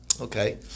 Okay